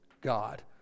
God